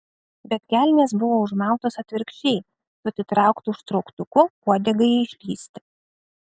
bet kelnės buvo užmautos atvirkščiai su atitrauktu užtrauktuku uodegai išlįsti